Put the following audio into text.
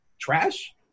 trash